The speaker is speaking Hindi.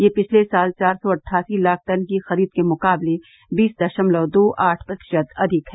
यह पिछले साल चार सौ अट्ठासी लाख टन की खरीद के मुकाबले बीस दशमलव दो आठ प्रतिशत अधिक है